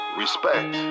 respect